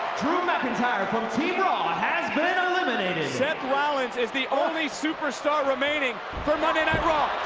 drew mcintyre from team raw has been eliminated. seth rollins is the only superstar remaining from monday night raw.